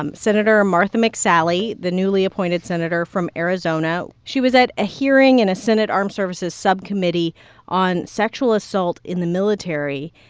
um senator martha mcsally, the newly appointed senator from arizona she was at a hearing in a senate armed services subcommittee on sexual assault in the military.